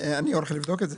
אני הולך לבדוק את זה.